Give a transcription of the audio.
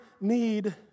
need